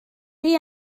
rhy